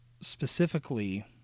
specifically